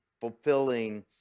fulfilling